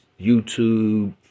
YouTube